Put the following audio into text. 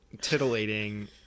titillating